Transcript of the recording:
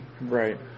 Right